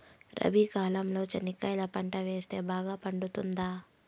రబి కాలంలో చెనక్కాయలు పంట వేస్తే బాగా పండుతుందా?